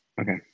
Okay